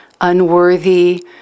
unworthy